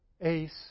ace